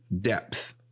depth